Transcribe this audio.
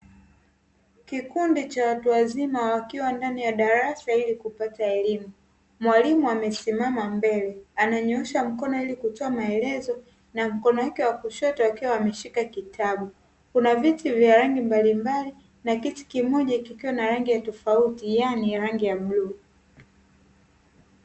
Kikundi cha watu wazima wakiwa ndani ya darasa ili kupata elimu. Mwalimu amesimama mbele, ananyoosha mkono ili kutoa maelezo na mkono wake wa kushoto akiwa ameshika kitabu. Kuna viti vya rangi mbalimbali na kiti kimoja kikiwa na rangi tofauti yaani rangi ya bluu.